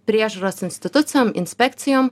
priežiūros institucijom inspekcijom